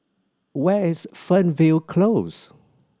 where is Fernvale Close